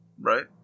right